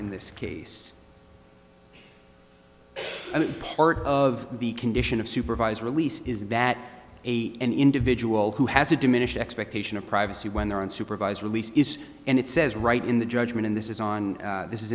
in this case and part of the condition of supervised release is that an individual who has a diminished expectation of privacy when they're on supervised release is and it says right in the judgment and this is on this is